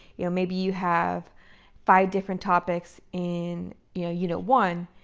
you know, maybe you have five different topics. in yeah unit one,